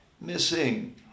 missing